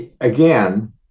again